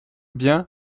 bien